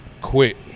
quit